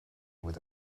with